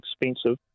expensive